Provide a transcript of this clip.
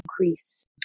increase